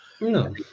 no